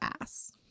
ass